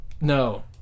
no